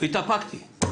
והתאפקתי.